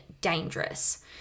dangerous